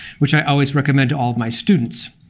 which i always recommend to all of my students.